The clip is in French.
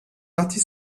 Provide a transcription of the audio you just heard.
partie